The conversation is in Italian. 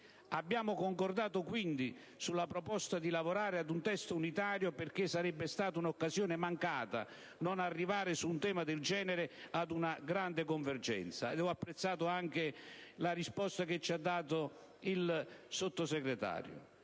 Abbiamo concordato, quindi, sulla proposta di lavorare ad un testo unitario perché sarebbe stata un'occasione mancata non arrivare, su un tema del genere, ad una grande convergenza. Ed ho apprezzato anche la risposta che ci ha dato il Sottosegretario.